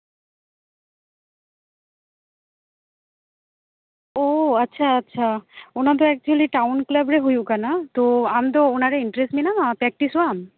ᱳ ᱟᱪᱪᱷᱟ ᱟᱪᱪᱷᱟ ᱚᱱᱟ ᱫᱚ ᱮᱠᱪᱩᱭᱮᱞᱤ ᱴᱟᱣᱩᱱ ᱠᱞᱟᱵᱽ ᱨᱮ ᱦᱩᱭᱩᱜ ᱠᱟᱱᱟ ᱛᱚ ᱟᱢ ᱫᱚ ᱚᱱᱟᱨᱮ ᱤᱱᱴᱟᱨᱮᱹᱥᱴ ᱢᱮᱱᱟᱢᱟ ᱯᱮᱠᱴᱤᱥᱚᱜᱼᱟᱢ